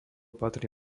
patrí